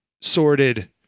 sorted